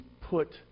put